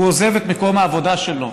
הוא עוזב את מקום העבודה שלו.